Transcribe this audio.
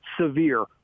severe